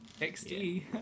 xd